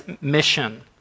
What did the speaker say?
mission